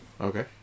Okay